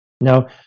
now